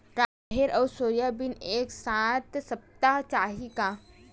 राहेर अउ सोयाबीन एक साथ सप्ता चाही का?